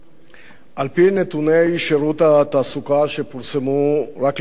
על-פי נתוני שירות התעסוקה שפורסמו רק לפני שבוע,